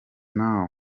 nouah